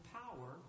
power